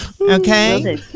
Okay